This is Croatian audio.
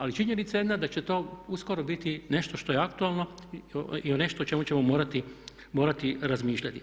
Ali činjenica jedna da će to uskoro biti nešto što je aktualno i nešto o čemu ćemo morati razmišljati.